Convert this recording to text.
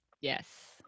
Yes